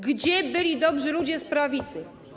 Gdzie byli dobrzy ludzie z prawicy?